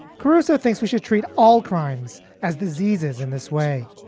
caruso thinks we should treat all crimes as diseases in this way.